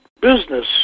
business